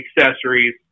accessories